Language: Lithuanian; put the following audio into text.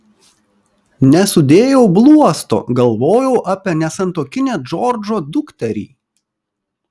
nesudėjau bluosto galvojau apie nesantuokinę džordžo dukterį